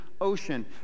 ocean